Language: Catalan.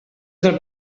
del